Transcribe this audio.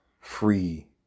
free